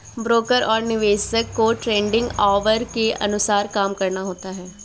broker और निवेशक को ट्रेडिंग ऑवर के अनुसार काम करना होता है